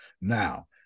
now